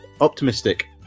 optimistic